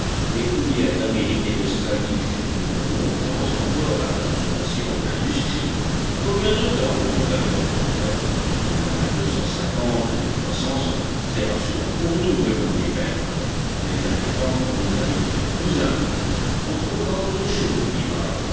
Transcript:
les houillères d'amérique et d'australie fourniront longtemps encore à la consommation de l'industrie combien de temps demanda le reporter au moins deux cent cinquante ou trois cents ans c'est rassurant pour nous répondit pencroff mais inquiétant pour nos arrière petits cousins on trouvera autre chose